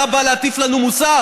אתה בא להטיף לנו מוסר?